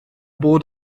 bod